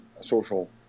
social